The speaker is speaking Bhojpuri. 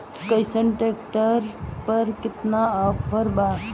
अइसन ट्रैक्टर पर केतना ऑफर बा?